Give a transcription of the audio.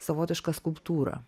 savotišką skulptūrą